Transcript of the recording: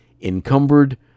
encumbered